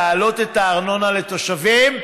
להעלות את הארנונה לתושבים,